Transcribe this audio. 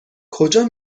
کجا